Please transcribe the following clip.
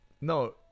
No